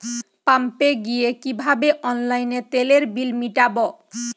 পাম্পে গিয়ে কিভাবে অনলাইনে তেলের বিল মিটাব?